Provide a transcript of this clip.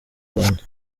rwanda